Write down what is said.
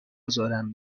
ازارم